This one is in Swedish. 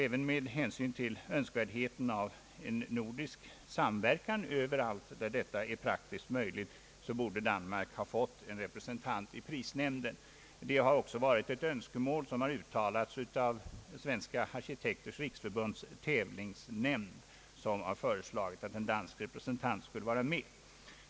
Även med hänsyn till önskvärdheten av en nordisk samverkan överallt där detta är praktiskt möjligt bör Danmark ha en representant i prisnämnden. Detta önskemål har också uttalats av Svenska arkitekters riksförbunds tävlingsnämnd, som föreslagit att en dansk representant skulle vara med.